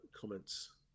comments